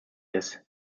ist